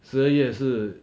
十二月是